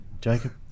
Jacob